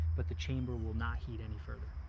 but the chamber will not heat any further.